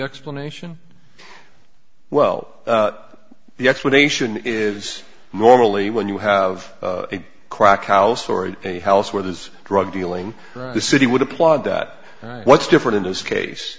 explanation well the explanation is normally when you have a crack house or a house where there's drug dealing the city would applaud that what's different in this case